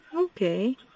Okay